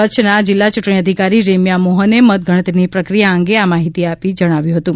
કચ્છના જિલ્લા ચ્રંટણી અધિકારી રેમ્યા મોહને મતગણતરીની પ્રક્રિયા અંગે માહિતી આપતાં આ પ્રમાણે જણાવ્યું હતું